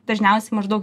dažniausiai maždaug